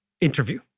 interview